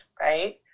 Right